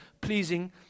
pleasing